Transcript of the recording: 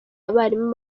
abarimu